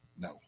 no